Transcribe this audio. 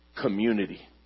community